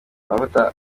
amavuta